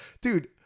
dude